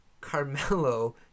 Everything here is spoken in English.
Carmelo